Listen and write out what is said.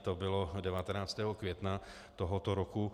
To bylo 19. května tohoto roku.